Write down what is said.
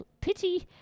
pity